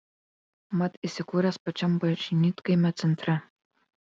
mat įsikūręs pačiam bažnytkaimio centre